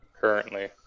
currently